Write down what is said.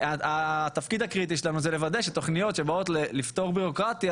התפקיד הקריטי שלנו הוא לוודא שתוכניות שבאות לפתור בירוקרטיה,